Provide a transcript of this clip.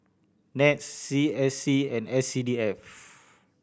NETS C S C and S C D F